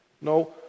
No